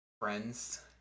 Friends